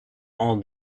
all